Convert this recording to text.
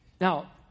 Now